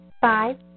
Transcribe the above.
Five